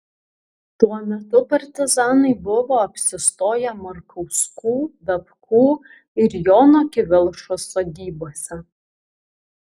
tuo metu partizanai buvo apsistoję markauskų dapkų ir jono kivilšos sodybose